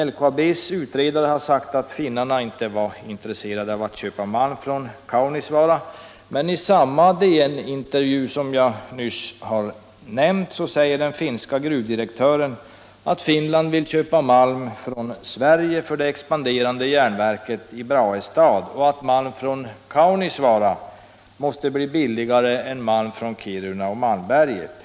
LKAB:s utredare har sagt att finnarna inte var intresserade av att köpa malm från Kaunisvaara, men i samma DN-intervju som jag nyss har nämnt säger den finske gruvdirektören att Finland vill köpa malm från Sverige för det expanderande järnverket i Brahestad och att malm från Kaunisvaara måste bli billigare än malm från Kiruna eller Malmberget.